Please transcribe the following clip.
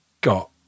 got